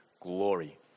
glory